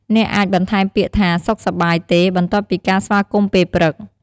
អ្នកអាចបន្ថែមពាក្យថា "សុខសប្បាយទេ?" បន្ទាប់ពីការស្វាគមន៍ពេលព្រឹក។